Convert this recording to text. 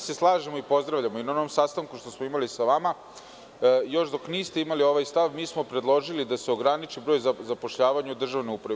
Slažemo se i pozdravljamo, na sastanku koji smo imali sa vama još dok niste imali ovaj stav mi smo predložili da se ograniči broj zapošljavanja u državnoj upravi.